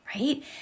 right